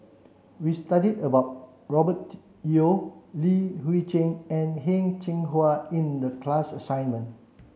we studied about Robert Yeo Li Hui Cheng and Heng Cheng Hwa in the class assignment